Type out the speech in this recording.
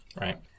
right